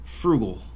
frugal